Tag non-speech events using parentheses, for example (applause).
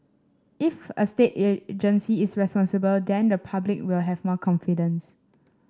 if a state (unintelligible) agency is responsible then the public will have more confidence